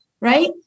right